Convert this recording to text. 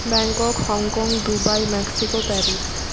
Bangkok Hong Kong Dubai Mexico Paris